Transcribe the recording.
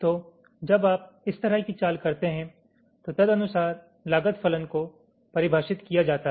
तो जब आप इस तरह की चाल करते हैं तो तदनुसार लागत फलन को परिभाषित किया जाता है